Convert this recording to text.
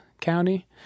County